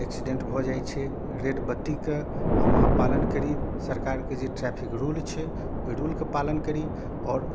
accident भऽ जाइ छै रेड बत्तीके हम अहाँ पालन करी सरकारके जे ट्रैफिक रूल छै ओहि रूलके पालन करी आओर